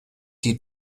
die